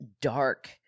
dark